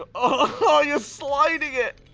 ah oh, you're sliding it!